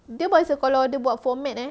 dia bahasa kalau dia buat format eh